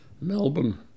Melbourne